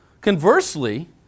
Conversely